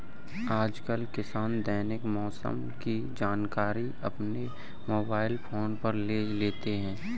आजकल किसान दैनिक मौसम की जानकारी अपने मोबाइल फोन पर ले लेते हैं